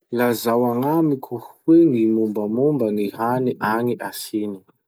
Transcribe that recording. Lazao agnamiko hoe gny mombamomba gny hany agny a Chine?